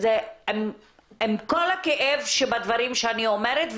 עם כל הכאב שבדברים שאני אומרת,